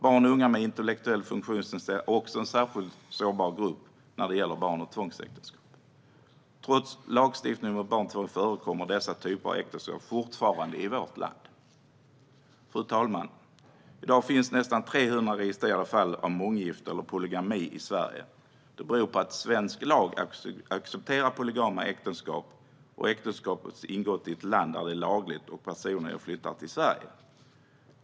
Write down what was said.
Barn och unga med intellektuell funktionsnedsättning är också en särskilt sårbar grupp när det gäller barnäktenskap och tvångsäktenskap. Trots lagstiftningen mot barnäktenskap och tvångsäktenskap förekommer dessa typer av äktenskap fortfarande i vårt land. Fru talman! I dag finns nästan 300 registrerade fall av månggifte - polygami - i Sverige. Det beror på att svensk lag accepterar polygama äktenskap om äktenskapet har ingåtts i ett land där det är lagligt och personerna har flyttat till Sverige.